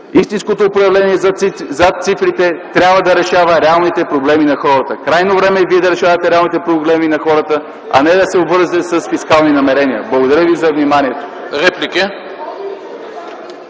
истинското управление, зад цифрите, трябва да решава реалните проблеми на хората. Крайно време е вие да решавате реалните проблеми на хората, а не да се обвързвате с фискални намерения. (Реплики от ГЕРБ.) Благодаря ви за вниманието.